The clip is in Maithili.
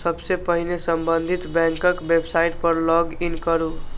सबसं पहिने संबंधित बैंकक वेबसाइट पर लॉग इन करू